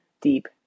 deep